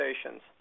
stations